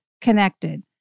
connected